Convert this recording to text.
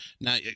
Now